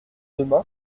demain